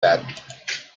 that